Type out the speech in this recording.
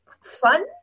fun